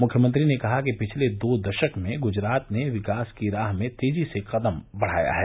मुख्यमंत्री ने कहा कि पिछले दो दशक में गूजरात ने विकास की राह में तेजी से कदम बढ़ाया है